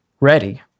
ready